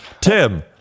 Tim